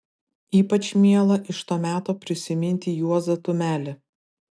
ypač miela iš to meto prisiminti juozą tumelį